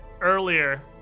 earlier